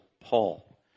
Paul